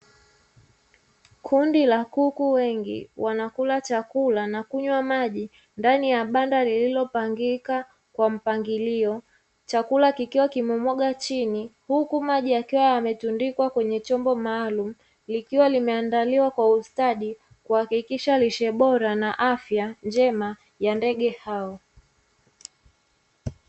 Kundi la Kuku wengi wanakula chakula na kunywa maji ndani ya banda lililopangika kwa mpangilio, chakula kikiwa kimemwagwa chini huku maji yakiwa yametundikwa kwenye chombo maalumu likiwa limeandaliwa kwa ustadi kuhakikisha lishe bora na afya njema ya ndege hao.